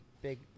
Big